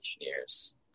engineers